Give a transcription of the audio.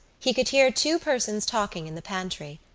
he could hear two persons talking in the pantry.